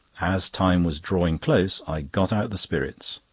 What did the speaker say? as time was drawing close, i got out the spirits.